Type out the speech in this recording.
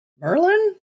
Merlin